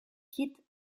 quittent